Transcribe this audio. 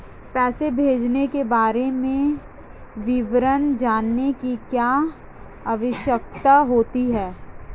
पैसे भेजने के बारे में विवरण जानने की क्या आवश्यकता होती है?